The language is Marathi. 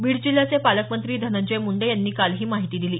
बीड जिल्ह्याचे पालकमंत्री धनंजय मुंडे यांनी काल ही माहिती दिली